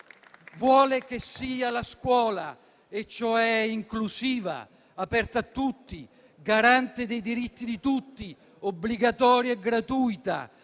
vuole che sia la scuola, cioè scuola inclusiva, aperta a tutti, garante dei diritti di tutti, obbligatoria e gratuita,